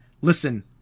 listen